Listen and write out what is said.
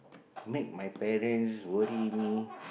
make my parents worry me